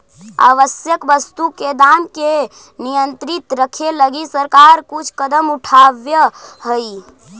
आवश्यक वस्तु के दाम के नियंत्रित रखे लगी सरकार कुछ कदम उठावऽ हइ